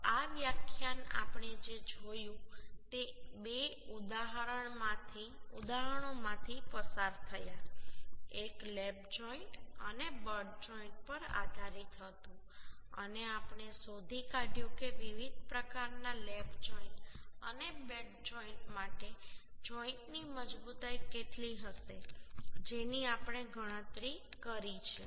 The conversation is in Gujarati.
તો આવ્યાખ્યાનઆપણે જે જોયું તે બે ઉદાહરણોમાંથી પસાર થયા એક લેપ જોઈન્ટ અને બટ જોઈન્ટ પર આધારિત હતું અને આપણે શોધી કાઢ્યું કે વિવિધ પ્રકારના લેપ જોઈન્ટ અને બટ જોઈન્ટ માટે જોઈન્ટની મજબૂતાઈ કેટલી હશે જેની આપણે ગણતરી કરી છે